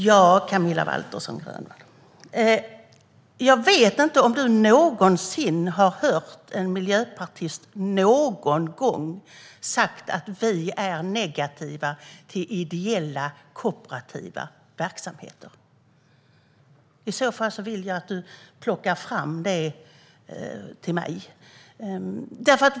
Fru talman! Jag vet inte om du någonsin har hört att en miljöpartist någon gång sagt att vi är negativa till ideella kooperativa verksamheter, Camilla Waltersson Grönvall. I så fall vill jag att du plockar fram det till mig.